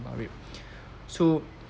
about it so